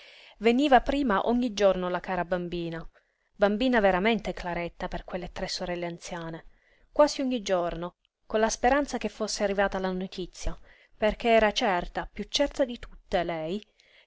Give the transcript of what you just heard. veniva prima ogni giorno la cara bambina bambina veramente claretta per quelle tre sorelle anziane quasi ogni giorno con la speranza che fosse arrivata la notizia perché era certa piú certa di tutte lei